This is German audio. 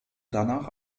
danach